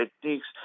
techniques